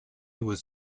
was